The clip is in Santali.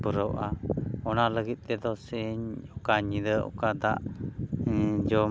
ᱯᱩᱨᱟᱹᱣᱜᱼᱟ ᱚᱱᱟ ᱞᱟᱹᱜᱤᱫ ᱛᱮᱫᱚ ᱥᱤᱧ ᱚᱠᱟ ᱧᱤᱫᱟᱹ ᱚᱠᱟ ᱫᱟᱜ ᱡᱚᱢ